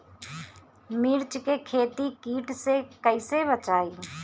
मिर्च के खेती कीट से कइसे बचाई?